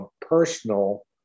personal